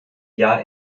jahr